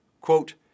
Quote